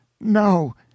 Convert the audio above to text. No